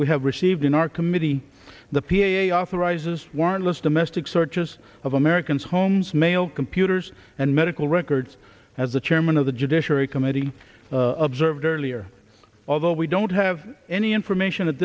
we have received in our committee the p a authorizes warrantless domestic searches of americans homes mail computers and medical records as the chairman of the judiciary committee of served earlier although we don't have any information at